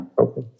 okay